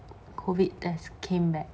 COVID test came back